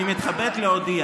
אני מתכבד להודיע